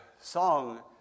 song